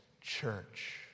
church